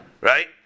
Right